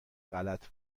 غلط